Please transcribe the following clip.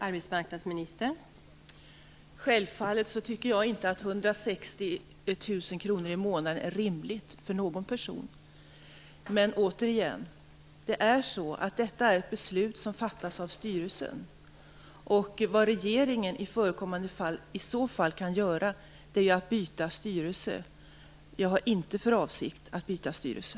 Fru talman! Självfallet tycker jag inte att 160 000 kr i månaden är rimligt för någon person. Jag vill återigen säga att detta är ett beslut som fattas av styrelsen. Vad regeringen i förekommande fall kan göra är att byta styrelse. Jag har inte för avsikt att byta styrelse.